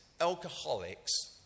alcoholics